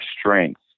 strength